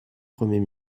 premier